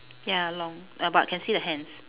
ya long uh but can see the hands